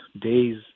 days